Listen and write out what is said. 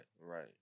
right